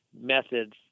methods